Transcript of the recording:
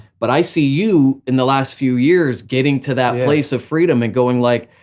but i see you in the last few years getting to that place of freedom, and going like,